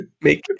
make